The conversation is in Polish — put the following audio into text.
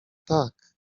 tak